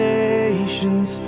nations